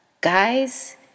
guys